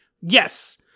Yes